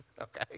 Okay